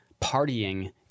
partying